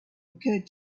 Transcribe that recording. occurred